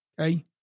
Okay